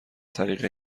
طریق